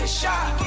shot